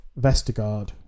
Vestergaard